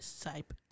type